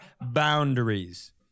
Boundaries